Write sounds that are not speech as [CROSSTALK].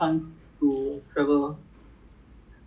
你这么做 outfield sia [LAUGHS]